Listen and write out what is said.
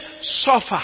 suffer